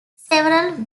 several